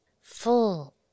full